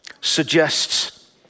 suggests